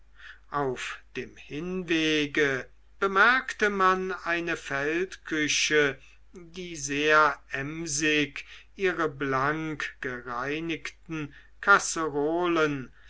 auf dem hinwege bemerkte man eine feldküche die sehr emsig ihre blank gereinigten kasserollen